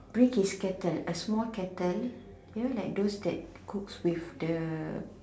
bring his kettle a small kettle you know like those that cooks with the